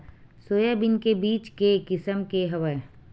Soybean के बीज के किसम के हवय?